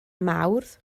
mawrth